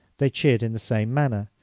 they cheered in the same manner,